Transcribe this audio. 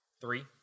three